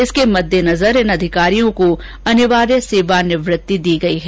इसके मद्देनजर इन अधिकारियों को अनिवार्य सेवानिवृत्ति दी गयी है